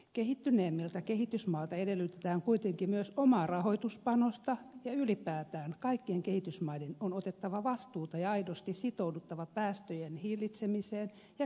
kehittyneemmiltä kehitysmailta edellytetään kuitenkin myös omaa rahoituspanosta ja ylipäätään kaikkien kehitysmaiden on otettava vastuuta ja aidosti sitouduttava päästöjen hillitsemiseen ja kestävään kehitykseen